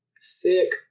Sick